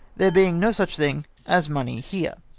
there being no such thing as money here.